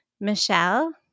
michelle